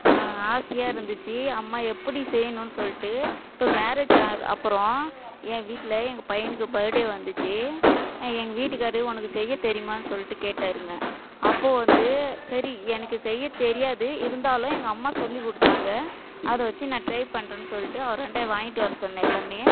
ஆசையாக இருந்துச்சு அம்மா எப்படி செய்யணுன்னு சொல்லிட்டு இப்போ மேரேஜ் அ அப்புறம் என் வீட்டில் எங்கள் பையனுக்கு பர்த் டே வந்துச்சு எங்கள் வீட்டுக்காரர் உனக்கு செய்ய தெரியுமானு சொல்லிட்டு கேட்டாருங்க அப்போது வந்து சரி எனக்கு செய்ய தெரியாது இருந்தாலும் எங்கள் அம்மா சொல்லி கொடுத்தாங்க அதை வச்சு நான் ட்ரை பண்ணுறேன்னு சொல்லிட்டு அவரான்ட வாங்கிட்டு வர சொன்னேன் எல்லாமே